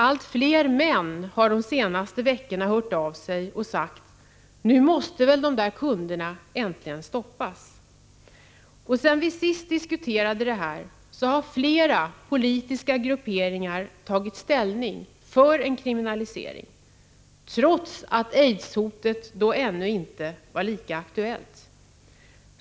Allt fler män har de senaste veckorna hört av sig och sagt, att nu måste väl de där kunderna äntligen stoppas. Sedan vi senast diskuterade det här har flera politiska grupperingar tagit ställning för en kriminalisering, trots att aidshotet då inte var lika aktuellt.